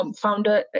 founder